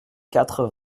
quatre